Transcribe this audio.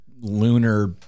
Lunar